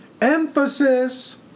emphasis